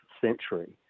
century